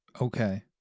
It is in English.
Okay